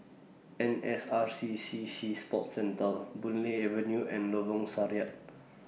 N S R C C Sea Sports Centre Boon Lay Avenue and Lorong